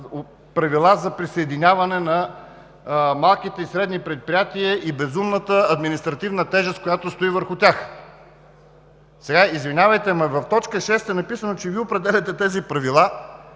Правила за присъединяване на малките и средни предприятия и безумната административна тежест, която стои върху тях. Сега, извинявайте, но в т. 6 е записано, че Вие определяте тези правила.